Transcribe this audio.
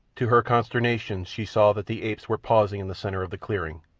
to her consternation she saw that the apes were pausing in the centre of the clearing.